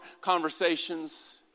conversations